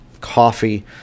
coffee